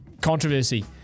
Controversy